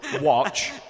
watch